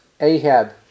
Ahab